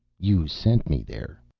you sent me there.